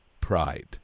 pride